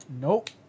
Nope